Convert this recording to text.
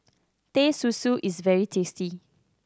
Teh Susu is very tasty